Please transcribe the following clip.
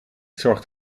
zorgt